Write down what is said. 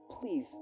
Please